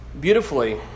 Beautifully